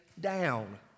down